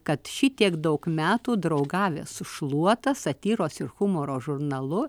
kad šitiek daug metų draugavę su šluota satyros ir humoro žurnalu